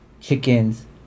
chickens